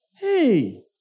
Hey